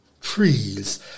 trees